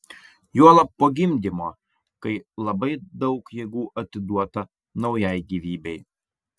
juolab po gimdymo kai labai daug jėgų atiduota naujai gyvybei